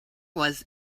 was